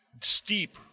steep